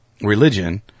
religion